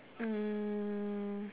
um